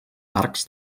arcs